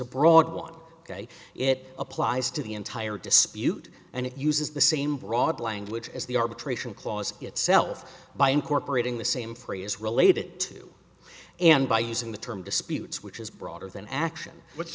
a broad one it applies to the entire dispute and it uses the same broad language as the arbitration clause itself by incorporating the same free is related to and by using the term disputes which is broader than action what's